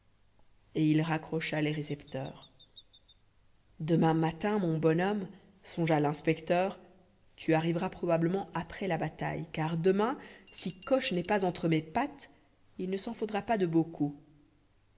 et il raccrocha les récepteurs demain matin mon bonhomme songea l'inspecteur tu arriveras probablement après la bataille car demain si coche n'est pas entre mes pattes il ne s'en faudra pas de beaucoup